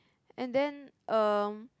and then um